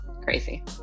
crazy